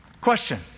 Question